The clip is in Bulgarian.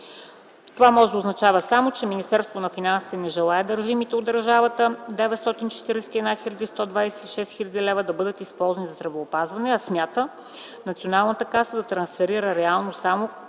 Това може да означава само, че Министерството на финансите не желае дължимите от държавата 941 126 хил. лв. да бъдат използвани за здравеопазване, а смята към НЗОК да трансферира реално само